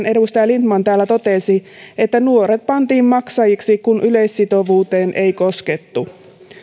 edustaja lindtman täällä totesi että nuoret pantiin maksajiksi kun yleissitovuuteen ei koskettu